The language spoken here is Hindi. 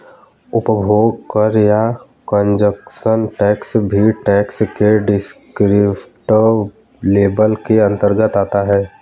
उपभोग कर या कंजप्शन टैक्स भी टैक्स के डिस्क्रिप्टिव लेबल के अंतर्गत आता है